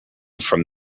from